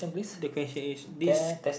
the question is desc~